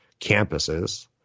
campuses